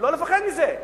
לא לפחוד מזה.